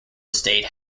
estate